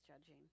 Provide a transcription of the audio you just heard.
judging